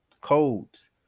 codes